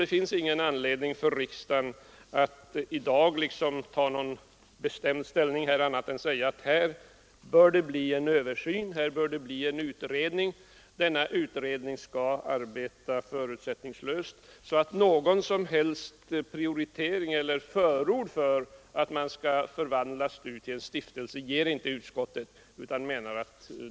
Det är inte någon anledning för riksdagen att i dag ta någon bestämd ställning härvidlag på annat sätt än att uttala att det bör tillsättas en utredning, som skall arbeta förutsättningslöst. Utskottet ger således inte någon uppfattning till känna när det gäller frågan huruvida STU skall förvandlas till stiftelse.